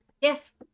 Yes